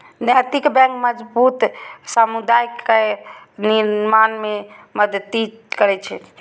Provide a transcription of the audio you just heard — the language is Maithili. नैतिक बैंक मजबूत समुदाय केर निर्माण मे मदति करै छै